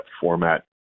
format